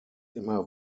immer